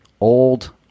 old